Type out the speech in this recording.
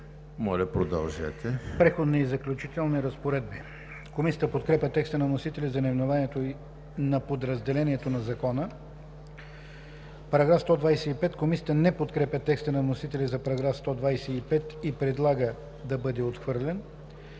„Преходни и заключителни разпоредби“. Комисията подкрепя текста на вносителя за наименованието на подразделението на Закона. Комисията не подкрепя текста на вносителя за § 125 и предлага да бъде отхвърлен.